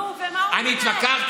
נו, ומה אומרים להם?